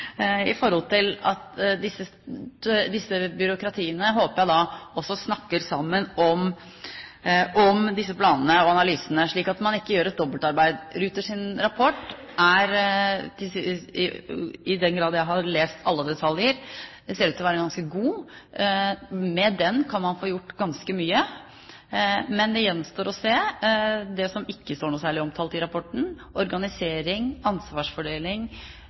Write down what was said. byråkratiene, håper jeg de også snakker sammen om disse planene og analysene, slik at man ikke gjør et dobbeltarbeid. Ruters rapport er, i den grad jeg har lest alle detaljer, ganske god. Med den kan man få gjort ganske mye, men det gjenstår å se det som ikke står noe særlig omtalt i rapporten: organisering, ansvarsfordeling,